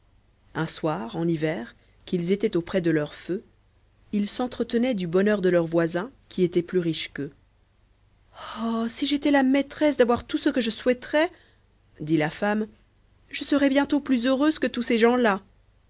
un soir en hiver qu'ils étaient auprès du feu ils s'entretenaient du bonheur de leurs voisins qui étaient plus riches qu'eux oh si j'étais la maîtresse d'avoir tout ce que je souhaiterais dit la femme je serais bientôt plus heureuse que tous ces gens-là